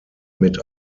mit